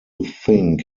think